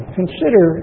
consider